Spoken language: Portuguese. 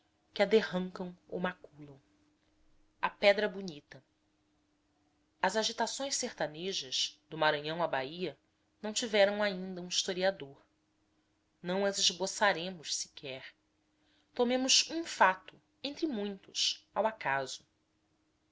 que a derrancam ou maculam a pedra bonita as agitações sertanejas do maranhão à bahia não tiveram ainda um historiador não as esboçaremos sequer tomemos um fato entre muitos ao acaso